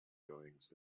goings